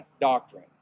doctrine